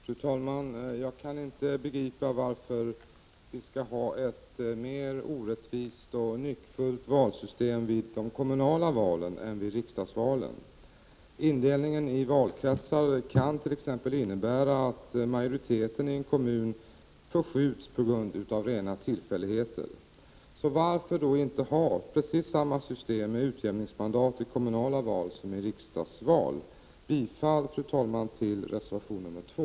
Fru talman! Jag kan inte begripa varför vi skall ha ett mer orättvist och nyckfullt valsystem vid de kommunala valen än vid riksdagsvalen. Indelningen i valkretsar kan t.ex. innebära att majoriteten i en kommun förskjuts på grund av rena tillfälligheter. Varför då inte ha precis samma system med utjämningsmandat i kommunala val som i riksdagsval? Jag yrkar bifall till reservation 2.